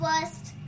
first